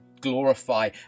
glorify